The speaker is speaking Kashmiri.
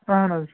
اَہن حظ